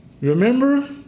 Remember